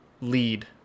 lead